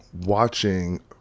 watching